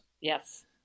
Yes